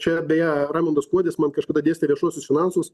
čia beje raimundas kuodis man kažkada dėstė viešuosius finansus